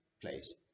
place